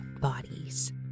bodies